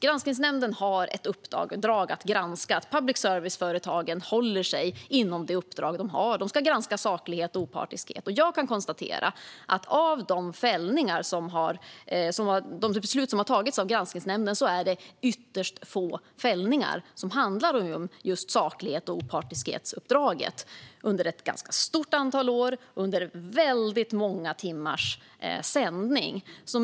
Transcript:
Granskningsnämnden har ett uppdrag att granska att public service-företagen håller sig inom det uppdrag de har: De ska granska saklighet och opartiskhet. Jag kan konstatera att av de beslut som har tagits av Granskningsnämnden är det ytterst få fällningar som handlar om just saklighets och opartiskhetsuppdraget under ett ganska stort antal år och väldigt många timmars sändning.